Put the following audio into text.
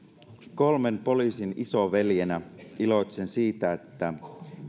kolmen poliisin isoveljenä iloitsen siitä että